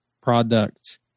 product